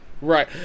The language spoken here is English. Right